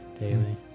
Daily